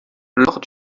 lors